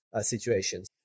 Situations